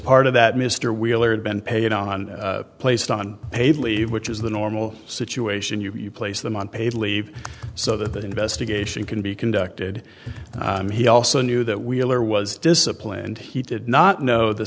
part of that mr wheeler had been paid on placed on paid leave which is the normal situation you place them on paid leave so that investigation can be conducted and he also knew that wheeler was disciplined he did not know the